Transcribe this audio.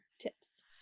tips